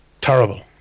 terrible